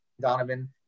Donovan